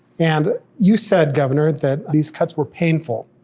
and you said, governor, that these cuts were painful,